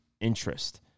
interest